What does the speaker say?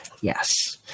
Yes